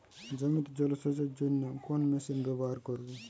জমিতে জল সেচের জন্য কোন মেশিন ব্যবহার করব?